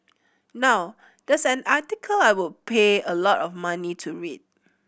now that's an article I would pay a lot of money to read